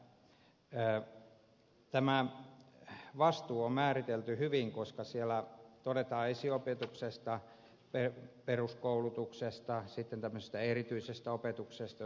tämä vastuu on esityksessä määritelty hyvin koska siellä todetaan esiopetuksesta peruskoulutuksesta sitten tämmöisestä erityisestä opetuksesta jos siihen on tarvetta